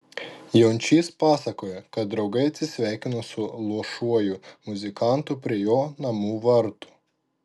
jončys pasakojo kad draugai atsisveikino su luošuoju muzikantu prie jo namų vartų